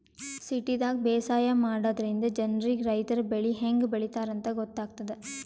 ಸಿಟಿದಾಗ್ ಬೇಸಾಯ ಮಾಡದ್ರಿನ್ದ ಜನ್ರಿಗ್ ರೈತರ್ ಬೆಳಿ ಹೆಂಗ್ ಬೆಳಿತಾರ್ ಅಂತ್ ಗೊತ್ತಾಗ್ತದ್